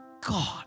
God